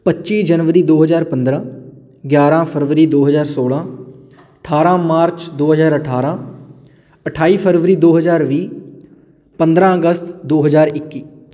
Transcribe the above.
ਪੱਚੀ ਜਨਵਰੀ ਦੋ ਹਜ਼ਾਰ ਪੰਦਰਾਂ ਗਿਆਰਾਂ ਫਰਵਰੀ ਦੋ ਹਜ਼ਾਰ ਸੌਲਾਂ ਅਠਾਰਾਂ ਮਾਰਚ ਦੋ ਹਜ਼ਾਰ ਅਠਾਰਾਂ ਅਠਾਈ ਫਰਵਰੀ ਦੋ ਹਜ਼ਾਰ ਵੀਹ ਪੰਦਰਾਂ ਅਗਸਤ ਦੋ ਹਜ਼ਾਰ ਇੱਕੀ